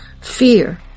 fear